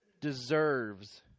deserves